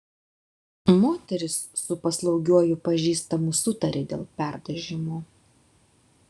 moteris su paslaugiuoju pažįstamu sutarė dėl perdažymo